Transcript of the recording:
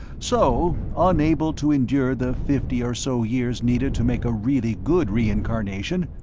so, unable to endure the fifty or so years needed to make a really good reincarnation,